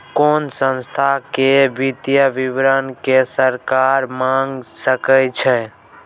कोनो संस्था केर वित्तीय विवरण केँ सरकार मांगि सकै छै